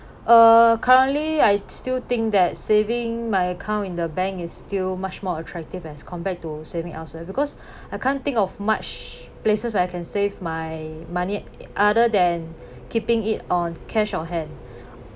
uh currently I still think that saving my account in the bank is still much more attractive as compared to saving elsewhere because I can't think of much places where I can save my money other than keeping it on cash on hand